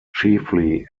chiefly